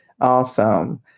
Awesome